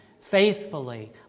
faithfully